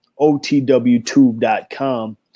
otwtube.com